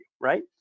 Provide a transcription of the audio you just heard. right